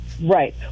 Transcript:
Right